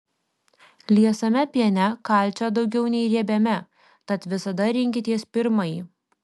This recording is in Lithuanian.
liesame piene kalcio daugiau nei riebiame tad visada rinkitės pirmąjį